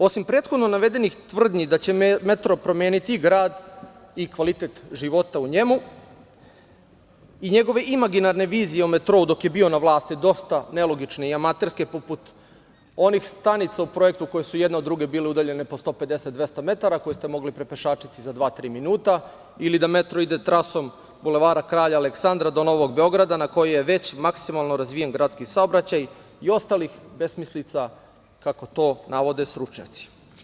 Osim prethodno navedenih tvrdnji da će metro promeniti grad i kvalitet života u njemu i njegove imaginarne vizije o metrou dok je bio na vlasti, dosta nelogične i amaterske, poput onih stanica u projektu koje su jedna od druge bile udaljene po 150, 200 metara, koje ste mogli prepešačiti za dva, tri minuta ili da metro ide trasom Bulevara kralja Aleksandra do Novog Beograda, na koji je već maksimalno razvijen gradski saobraćaj i ostalih besmislica kako to navode stručnjaci.